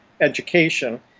Education